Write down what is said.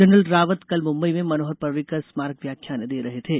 general Rawat कल मुंबई में मनोहर पर्रिकर स्मारक व्याख्यान दे रहे थे